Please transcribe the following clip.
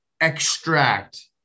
extract